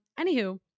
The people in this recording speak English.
Anywho